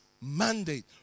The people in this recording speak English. mandate